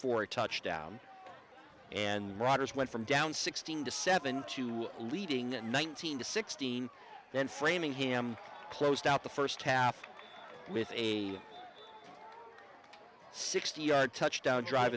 for a touchdown and rogers went from down sixteen to seven two leading at nineteen to sixteen then framingham closed out the first half with a sixty yard touchdown drive